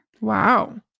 Wow